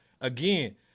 Again